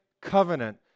covenant